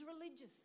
religious